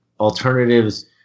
Alternatives